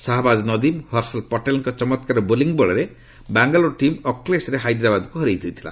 ଶାହାବାଜ୍ ନଦିମ୍ ଓ ହର୍ଷଲ୍ ପଟେଲ୍ଙ୍କ ଚମତ୍କାର ବୋଲିଂ ବଳରେ ବାଙ୍ଗାଲୋର ଟିମ୍ ଅକ୍ଟେଶରେ ହାଇଦ୍ରାବାଦକୁ ହରାଇ ଦେଇଛି